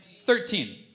thirteen